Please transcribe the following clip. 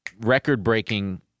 record-breaking